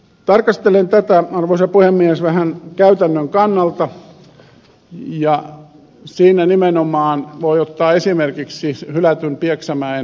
tarkastelen tätä arvoisa puhemies vähän käytännön kannalta ja siinä nimenomaan voi ottaa esimerkiksi hylätyn pieksämäen ideaparkin